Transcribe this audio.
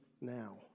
now